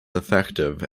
effective